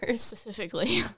Specifically